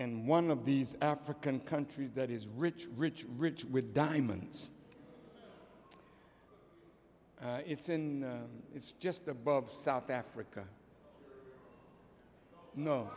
and one of these african countries that is rich rich rich with diamonds it's in it's just above south africa no